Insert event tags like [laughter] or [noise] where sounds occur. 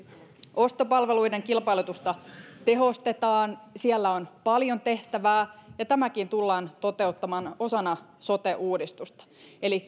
ostopalveluiden kilpailusta tehostetaan siellä on paljon tehtävää ja tämäkin tullaan toteuttamaan osana sote uudistusta eli [unintelligible]